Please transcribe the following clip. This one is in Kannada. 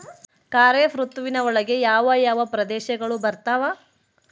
ಖಾರೇಫ್ ಋತುವಿನ ಒಳಗೆ ಯಾವ ಯಾವ ಪ್ರದೇಶಗಳು ಬರ್ತಾವ?